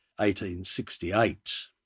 1868